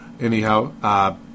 anyhow